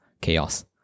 chaos